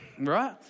Right